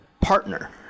partner